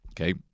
okay